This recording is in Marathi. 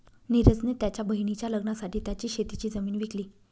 निरज ने त्याच्या बहिणीच्या लग्नासाठी त्याची शेतीची जमीन विकली